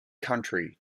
country